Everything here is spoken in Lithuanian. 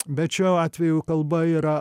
bet šiuo atveju kalba yra